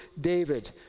David